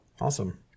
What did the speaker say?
Awesome